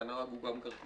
כי הנהג הוא גם כרטיסן.